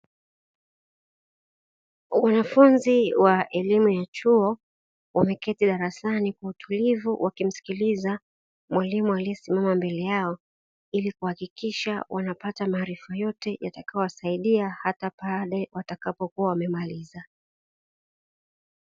Wanafunzi wa elimu ya chuo wameketi darasani kwa utulivu wakimsikiliza mwalimu aliyesimama mbele yao. Ili kuhakikisha wanapata maarifa yote yatakayowasaidia hata pale watakapokuwa wamemaliza.